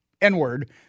N-word